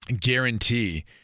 guarantee